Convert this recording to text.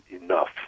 enough